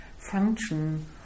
function